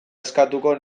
eskatuko